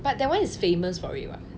but that one is famous for it [what]